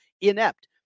inept